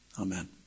Amen